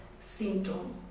symptom